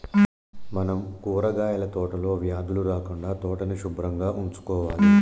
మనం కూరగాయల తోటలో వ్యాధులు రాకుండా తోటని సుభ్రంగా ఉంచుకోవాలి